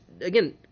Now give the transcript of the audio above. again